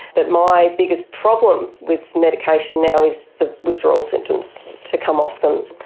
but my biggest problem with medication now is the withdrawal symptoms to come off them.